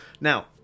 Now